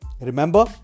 remember